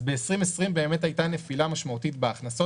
אז ב-2020 באמת הייתה נפילה משמעותית בהכנסות